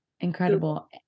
Incredible